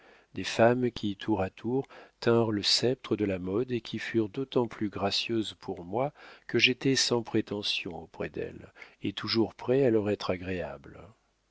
des femmes qui tour à tour tinrent le sceptre de la mode et qui furent d'autant plus gracieuses pour moi que j'étais sans prétention auprès d'elles et toujours prêt à leur être agréable